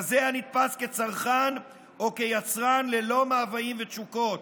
כזה הנתפס כצרכן או כיצרן, ללא מאוויים ותשוקות,